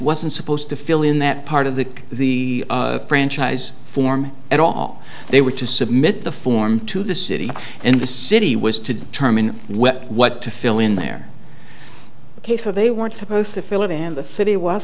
wasn't supposed to fill in that part of the the franchise form at all they were to submit the form to the city and the city was to determine what to fill in there ok so they weren't supposed to fill it and the city was